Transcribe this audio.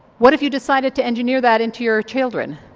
what if you decided to engineer that into your children?